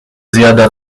zjada